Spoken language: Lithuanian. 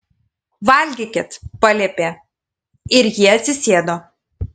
valgykit paliepė ir jie atsisėdo